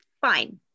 fine